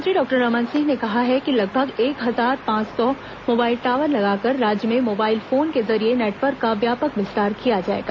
मुख्यमंत्री डॉक्टर रमन सिंह ने कहा है कि लगभग एक हजार पांच सौ मोबाइल टॉवर लगाकर राज्य में मोबाइल फोन के लिए नेटवर्क का व्यापक विस्तार किया जाएगा